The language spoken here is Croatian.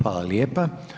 Hvala lijepa.